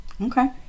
Okay